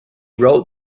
wrote